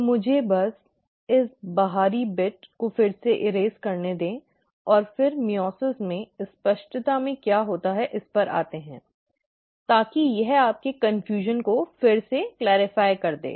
तो मुझे बस इस बाहरी बिट को फिर से मिटाने दें और फिर मइओसिस में स्पष्टता में क्या होता है इस पर आते हैं ताकि यह आपके भ्रम को फिर से स्पष्ट कर दे